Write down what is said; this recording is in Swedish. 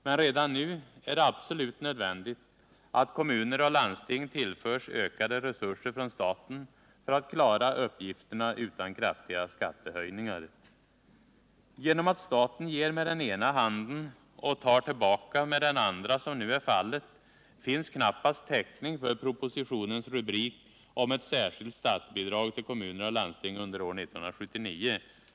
Men redan nu är det absolut nödvändigt att kommuner och landsting tillförs ökade resurser från staten för att kunna klara sina uppgifter utan kraftiga skattehöjningar. Genom att staten ger med den ena handen och tar tillbaka med den andra, som nu är fallet, finns knappast täckning för propositionens rubrik om ett särskilt statsbidrag till kommuner och landstingskommuner under år 1979.